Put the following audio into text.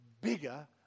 bigger